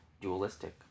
dualistic